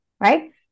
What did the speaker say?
Right